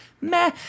meh